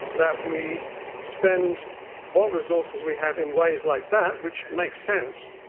that we spend what resources we have in ways like that which makes sense,